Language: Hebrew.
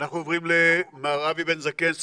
אנחנו עוברים למר אבי בן זקן,